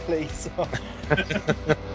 please